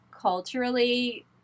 culturally